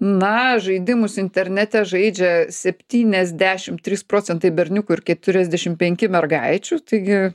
na žaidimus internete žaidžia septyniasdešim trys procentai berniukų ir keturiasdešim penki mergaičių taigi